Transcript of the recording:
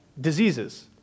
diseases